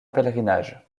pèlerinage